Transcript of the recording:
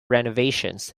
renovations